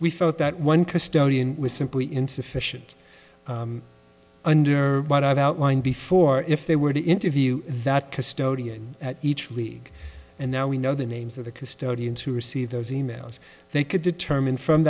thought that one custodian was simply insufficient under what i've outlined before if they were to interview that custodian at each league and now we know the names of the custodians who received those e mails they could determine from